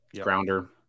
grounder